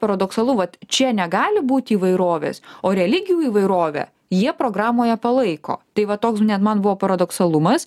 paradoksalu vat čia negali būti įvairovės o religijų įvairovę jie programoje palaiko tai va toks ne man buvo paradoksalumas